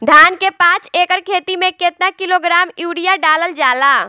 धान के पाँच एकड़ खेती में केतना किलोग्राम यूरिया डालल जाला?